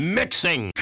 mixing